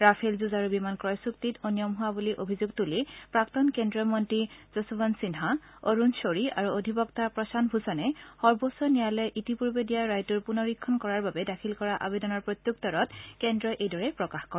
Rafale যুঁজাৰু বিমান ক্ৰয় চুক্তিত অনিয়ম হোৱা বুলি অভিযোগ তুলি প্ৰাক্তন কেন্দ্ৰীয় মন্ত্ৰী যশোৱন্ত সিন্হা অৰুণ শ্বৰী আৰু অধিবক্তা প্ৰশান্ত ভূষণে সৰ্বোচ্চ ন্যায়ালয়ে ইতিপূৰ্বে দিয়া ৰায়টোৰ পুনৰীক্ষণ কৰাৰ বাবে দাখিল কৰা আবেদনৰ প্ৰত্যুত্তৰত কেন্দ্ৰই এইদৰে প্ৰকাশ কৰে